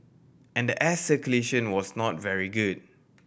and the air circulation was not very good